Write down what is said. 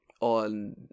on